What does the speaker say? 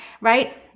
right